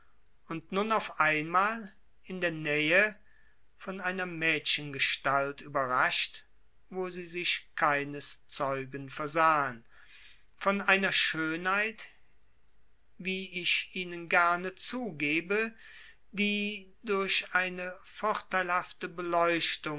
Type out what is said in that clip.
und nun auf einmal in der nähe von einer mädchengestalt überrascht wo sie sich keines zeugen versahen von einer schönheit wie ich ihnen gerne zugebe die durch eine vorteilhafte beleuchtung